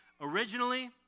Originally